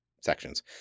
sections